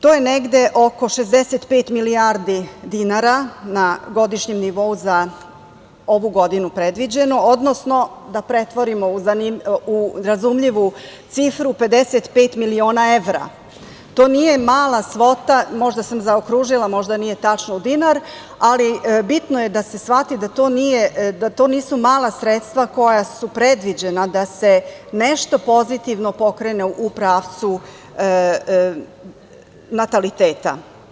To je negde oko 65 milijardi dinara na godišnjem nivou za ovu godinu predviđeno, odnosno da pretvorimo u razumljivu cifru 55 miliona evra, to nije mala svota, možda sam zaokružila, možda nije tačno u dinar, ali bitno je da se shvati da to nisu mala sredstva koja su predviđena da se nešto pozitivno pokrene u pravcu nataliteta.